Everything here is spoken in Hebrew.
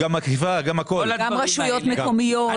גם רשויות מקומית, הכול.